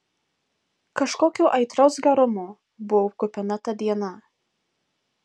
kažkokio aitraus gerumo buvo kupina ta diena